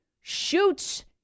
shoots